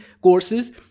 courses